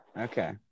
Okay